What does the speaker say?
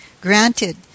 Granted